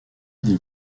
des